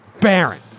Baron